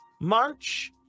March